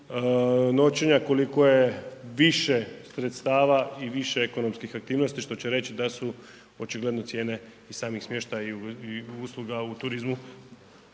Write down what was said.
noćenja koliko je više sredstava i više ekonomskih aktivnosti što reći da su očigledno cijene i sami smještaj i usluga u turizmu